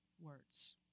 words